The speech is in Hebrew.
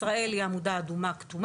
ישראל היא העמודה האדומה-כתומה,